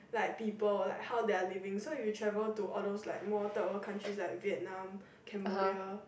like people like how their living so if your travel to all those like more third world countries like Vietnam Cambodia